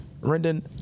Rendon